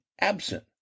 absent